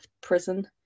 prison